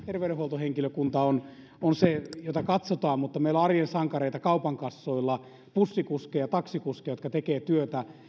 terveydenhuoltohenkilökunta on on se jota katsotaan mutta meillä on arjen sankareita kaupan kassoilla bussikuskeja taksikuskeja jotka tekevät työtä